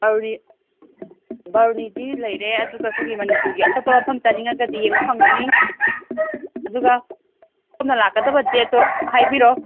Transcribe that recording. ꯕꯥꯔꯨꯅꯤ ꯕꯥꯔꯨꯅꯤꯗꯤ ꯂꯩꯔꯦ ꯑꯗꯨꯒ ꯑꯩꯈꯣꯏꯒꯤ ꯃꯅꯤꯄꯨꯔꯒꯤ ꯑꯇꯣꯞꯄ ꯃꯐꯝ ꯆꯠꯅꯤꯡꯉꯒꯗꯤ ꯌꯦꯡꯕ ꯐꯪꯒꯅꯤ ꯑꯗꯨꯒ ꯁꯣꯝꯅ ꯂꯥꯛꯀꯗꯕ ꯗꯦꯠꯇꯣ ꯍꯥꯏꯕꯤꯔꯛꯑꯣ